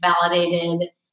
validated